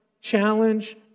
challenge